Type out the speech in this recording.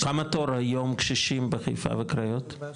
כמה תור היום קשישים בחיפה וקריות?